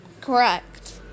Correct